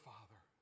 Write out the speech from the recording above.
Father